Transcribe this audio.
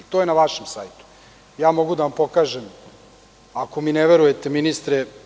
To je na vašem sajtu i to mogu da vam pokažem, ako mi ne verujete, ministre.